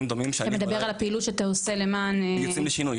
--- אתה מדבר על הפעילות שאתה עושה למען --- למען יוצאים לשינוי,